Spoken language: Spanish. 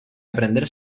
aprender